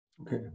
okay